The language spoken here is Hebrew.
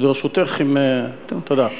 תודה.